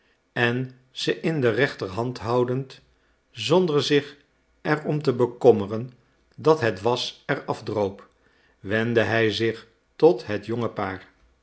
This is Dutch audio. en ze in de rechterhand houdend zonder zich er om te bekommeren dat het was er afdroop wendde hij zich tot het jonge paar